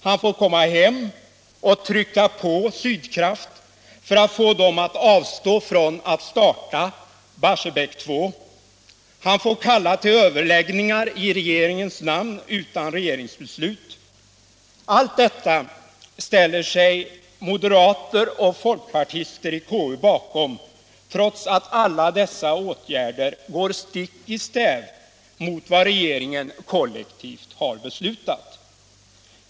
Han får komma hem och trycka på Sydkraft för att få dem att avstå från att starta Barsebäck 2. Han får kalla till överläggningar i regeringens namn utan regeringsbeslut. Allt detta ställer sig moderater och folkpartister i KU bakom, trots att alla dessa åtgärder går stick i stäv med vad regeringen kollektivt beslutat.